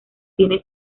tiene